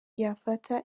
yafata